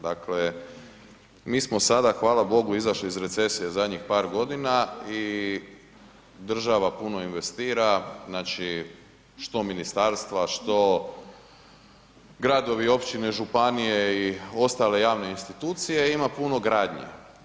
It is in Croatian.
Dakle, mi smo sada hvala Bogu izašli iz recesije zadnjih par godina i država puno investira, znači što ministarstva, što gradovi, općine, županije i ostale javne institucije i ima puno gradnje.